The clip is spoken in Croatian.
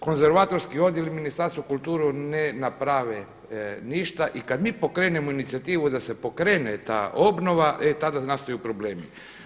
Konzervatorski odjel Ministarstva kulture ne naprave ništa i kad mi pokrenemo inicijativu da se pokrene ta obnova, e tada nastaju problemi.